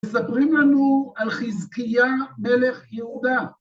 מספרים לנו על חזקיה מלך יהודה.